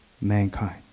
mankind